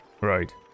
Right